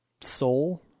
soul